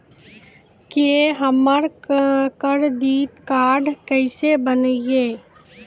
की हमर credit card केसे बनिये?